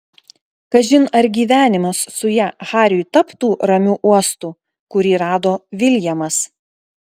kažin ar gyvenimas su ja hariui taptų ramiu uostu kurį rado viljamas